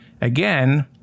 Again